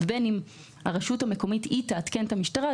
ובין אם הרשות המקומית תעדכן את המשטרה,